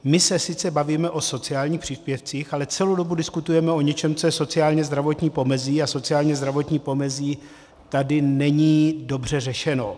My se sice bavíme o sociálních příspěvcích, ale celou dobu diskutujeme o něčem, co je sociálnězdravotní pomezí, a sociálnězdravotní pomezí tady není dobře řešeno.